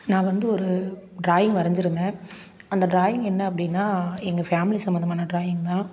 நான் வந்து ஒரு டிராயிங் வரஞ்சுருந்தேன் அந்த டிராயிங் என்ன அப்படின்னா எங்கள் ஃபேமிலி சம்மந்தமான டிராயிங் தான்